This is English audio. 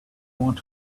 want